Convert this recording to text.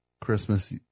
Christmas